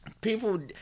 people